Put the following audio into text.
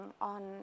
on